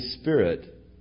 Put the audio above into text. Spirit